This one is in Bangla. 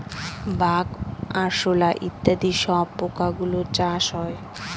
বাগ, আরশোলা ইত্যাদি সব পোকা গুলোর চাষ হয়